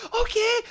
Okay